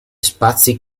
spazi